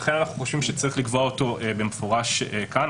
לכן אנחנו חושבים שצריך לקבוע אותו במפורש כאן.